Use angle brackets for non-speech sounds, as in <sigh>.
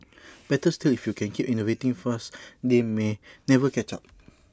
<noise> <noise> better still if you can keep innovating fast they may never <noise> catch up